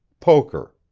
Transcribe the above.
poker.